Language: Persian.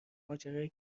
ماجرای